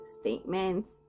statements